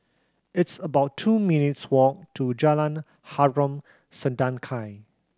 it's about two minutes' walk to Jalan Harom Setangkai